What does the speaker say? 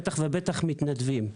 בטח ובטח מתנדבים.